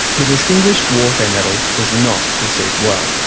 the distinguished warfare medal was not received well.